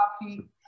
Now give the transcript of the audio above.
coffee